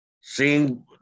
seeing